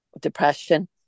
depression